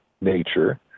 nature